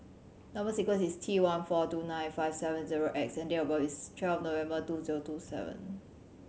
number sequence is T one four two nine five seven zero X and date of birth is twelve November two zero two seven